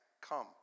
come